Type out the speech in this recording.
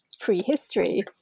prehistory